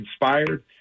inspired